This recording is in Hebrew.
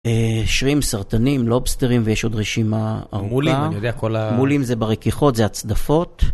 שרימפס, סרטנים, לובסטרים ויש עוד רשימה ארוכה, מולים זה ברכיחות, זה הצדפות.